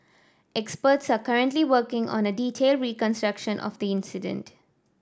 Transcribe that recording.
experts are currently working on a detailed reconstruction of the incident